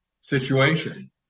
situation